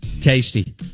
Tasty